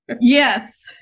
Yes